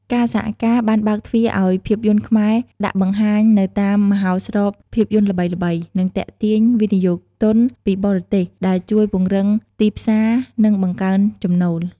ការសហការបានបើកទ្វារឱ្យភាពយន្តខ្មែរដាក់បង្ហាញនៅតាមមហោស្រពភាពយន្តល្បីៗ និងទាក់ទាញវិនិយោគទន់ពីបរទេស ដែលជួយពង្រីកទីផ្សារ និងបង្កើនចំណូល។